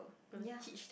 ya